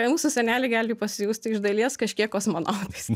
mūsų seneliai gali pasijusti iš dalies kažkiek kosmonautais